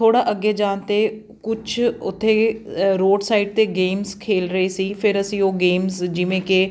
ਥੋੜ੍ਹਾ ਅੱਗੇ ਜਾਣ 'ਤੇ ਕੁਛ ਉੱਥੇ ਰੋਡ ਸਾਈਡ 'ਤੇ ਗੇਮਸ ਖੇਡ ਰਹੇ ਸੀ ਫਿਰ ਅਸੀਂ ਉਹ ਗੇਮਸ ਜਿਵੇਂ ਕਿ